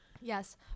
yes